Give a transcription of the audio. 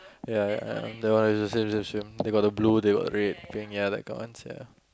ya ya ya that one is the same same same they got the blue they got red pink ya like got one sia